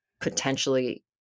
potentially